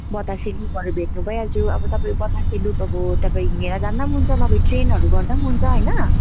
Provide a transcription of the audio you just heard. बतासे लुपहरू भेट्नु भइहाल्थ्यो अब तपाईँले बतासे लुप अब तपाईँ हिँडेर जाँदा पनि हुन्छ नभए ट्रेनहरू गर्दा पनि हुन्छ होइन